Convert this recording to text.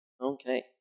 Okay